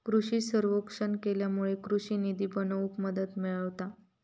कृषि सर्वेक्षण केल्यामुळे कृषि निती बनवूक मदत मिळता